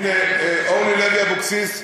הנה, אורלי לוי אבקסיס,